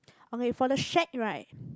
okay for the shack right